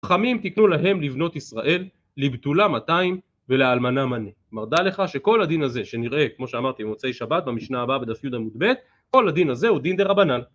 חכמים תיקנו להם לבנות ישראל, לבתולה מאתיים ולאלמנה מנה. כלומר דע לך שכל הדין הזה שנראה כמו שאמרתי במוצאי שבת במשנה הבאה בדף י' עמוד ב', כל הדין הזה הוא דין דה רבנן.